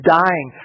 dying